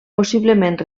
possiblement